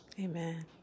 Amen